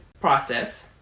process